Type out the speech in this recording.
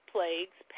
Plagues